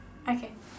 okay